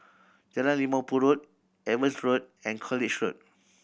Jalan Limau Purut Evans Road and College Road